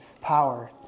power